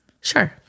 Sure